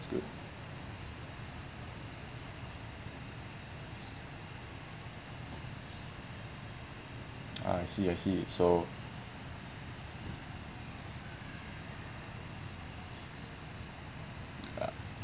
good I see I see so uh